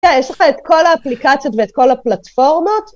כן, יש לך את כל האפליקציות ואת כל הפלטפורמות.